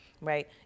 right